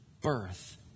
birth